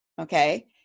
Okay